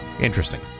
Interesting